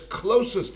closest